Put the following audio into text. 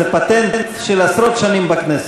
זה פטנט של עשרות שנים בכנסת.